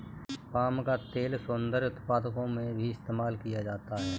palm का तेल सौन्दर्य उत्पादों में भी इस्तेमाल किया जाता है